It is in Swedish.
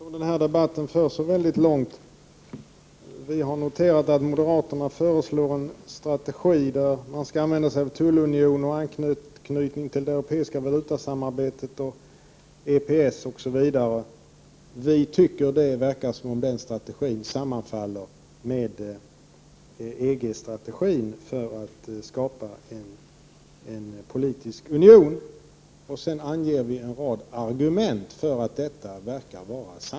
Herr talman! Jag vet inte om den här debatten för så väldigt långt. Vi har noterat att moderaterna föreslår en strategi där man skall använda sig av tullunion, anknytning till det europeiska valutasamarbetet, EPS osv. Vi tycker att det verkar som om den strategin sammanfaller med EG-strategin för att skapa en politisk union. Sedan anger vi en rad argument för att detta är sannolikt.